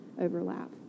overlap